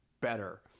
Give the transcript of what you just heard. better